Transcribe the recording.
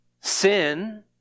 Sin